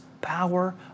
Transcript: power